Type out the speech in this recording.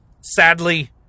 Sadly